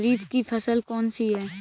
खरीफ की फसल कौन सी है?